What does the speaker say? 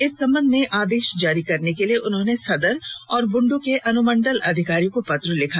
इस संबध में आदेश जारी करने के लिए उन्होंने सदर और बुंडू के अनुमंडल अधिकारी को पत्र लिखा